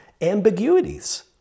ambiguities